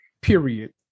Period